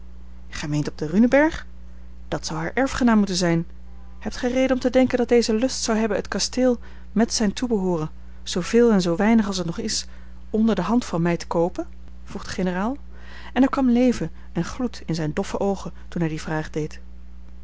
meent op den runenberg dat zou haar erfgenaam moeten zijn hebt gij reden om te denken dat deze lust zou hebben het kasteel met zijn toebehooren zooveel en zoo weinig als het nog is onder de hand van mij te koopen vroeg de generaal en er kwam leven en gloed in zijne doffe oogen toen hij die vraag deed